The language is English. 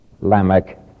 Lamech